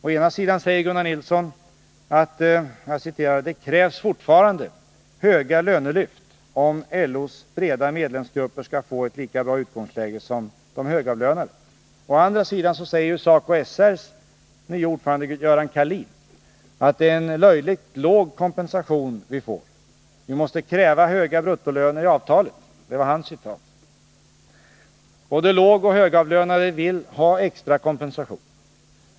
Å ena sidan säger Gunnar Nilsson: ”Det krävs fortfarande höga lönelyft, om LO:s breda medlemsgrupper skall få ett lika bra utgångsläge som de högavlönade.” Å andra sidan säger SACO/SR:s nye ordförande Göran Kalin: ”Det är en löjligt låg kompensation vi får. Vi måste kräva höga bruttolöner i avtalet.” Både lågoch högavlönade vill ha extra kompensation.